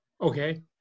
Okay